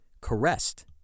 caressed